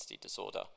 disorder